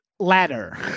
Ladder